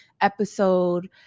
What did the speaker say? episode